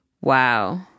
wow